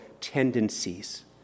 tendencies